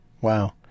Wow